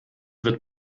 wird